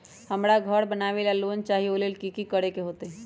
हमरा घर बनाबे ला लोन चाहि ओ लेल की की करे के होतई?